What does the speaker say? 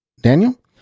daniel